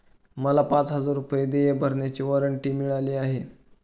मला पाच हजार रुपये देय भरण्याचे वॉरंट मिळाले आहे